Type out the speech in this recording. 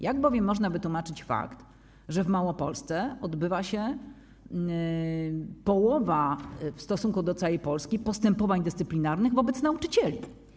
Jak bowiem można wytłumaczyć fakt, że w Małopolsce odbywa się połowa w stosunku do całej Polski postępowań dyscyplinarnych wobec nauczycieli?